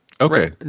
Okay